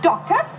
Doctor